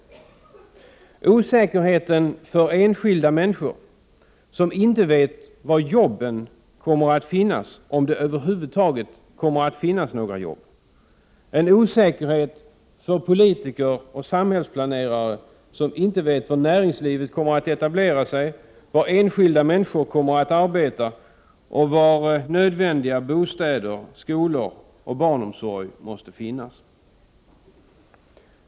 Jag talar om osäkerheten för enskilda människor som inte vet var jobben kommer att finnas — om det över huvud taget kommer att finnas några jobb. Jag talar om osäkerheten för politiker och samhällsplanerare som inte vet var näringslivet kommer att etablera sig, var enskilda människor kommer att arbeta och var nödvändiga bostäder, skolor och barnomsorg måste finnas.